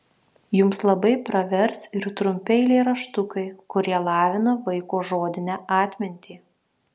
jums labai pravers ir trumpi eilėraštukai kurie lavina vaiko žodinę atmintį